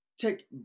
take